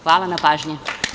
Hvala na pažnji.